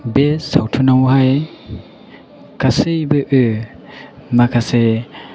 बे सावथुनावहाय गासैबो माखासे